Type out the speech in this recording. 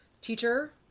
teacher